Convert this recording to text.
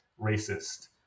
racist